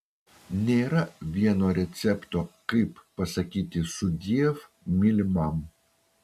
nėra vieno recepto kaip pasakyti sudiev mylimam